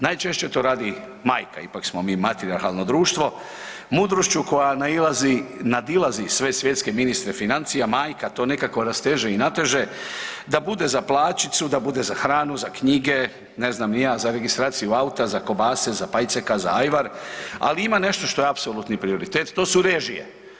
Najčešće to radi majka, ipak smo mi matrijarhalno društvo mudrošću koja nadilazi sve svjetske ministre financija majka to nekako rasteže i nateže da bude za plaćicu, da bude za hranu, za knjige, ne znam ni ja, za registraciju auta, za kobase, za pajceka, za ajvar, ali ima nešto što je apsolutni prioritet to su režije.